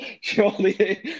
Surely